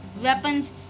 weapons